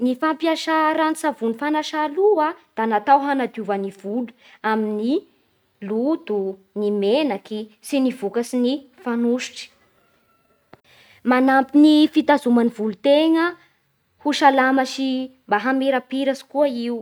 Ny fampiasa ranon-tsavony fanasa loha da natao hanadiova gny volo amin'ny loto gny menaky sy gny vokatsy gny fanositsy. Manampy ny fitazoma'gny volotegna ho salama sy mba hamirapiratsy koa io